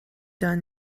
done